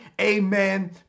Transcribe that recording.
amen